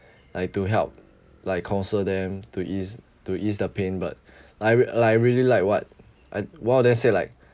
like to help like counsel them to ease to ease the pain but I re~ like I really like what I one of them say like